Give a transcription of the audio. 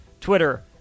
Twitter